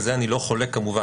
על זה אני לא חולק כמובן.